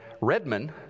Redman